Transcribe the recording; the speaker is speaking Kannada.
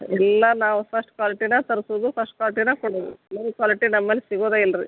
ಎಲ್ಲ ನಾವು ಫಸ್ಟ್ ಕ್ವಾಲಿಟಿನೆ ತರಿಸುದು ಫಸ್ಟ್ ಕ್ವಾಲಿಟಿನೆ ಕೊಡೋದು ಲೋ ಕ್ವಾಲಿಟಿ ನಮ್ಮಲ್ಲಿ ಸಿಗೋದೆ ಇಲ್ಲ ರಿ